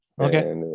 Okay